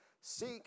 Seek